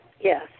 Yes